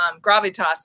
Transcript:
gravitas